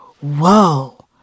Whoa